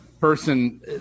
person